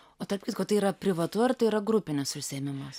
o tarp kitko tai yra privatu ar tai yra grupinis užsiėmimas